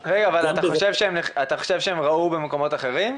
--- אתה חושב שהם ראו במקומות אחרים?